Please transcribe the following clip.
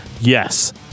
yes